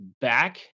back